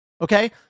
Okay